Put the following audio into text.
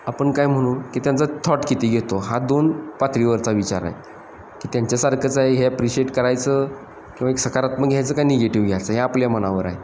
आपण काय म्हणू की त्यांचा थॉट किती घेतो हा दोन पातळीवरचा विचार आहे की त्यांच्यासारखंच आहे हे ॲप्रिशिएट करायचं किंवा एक सकारात्मक घ्यायचं काय निगेटिव घ्यायचं हे आपल्या मनावर आहे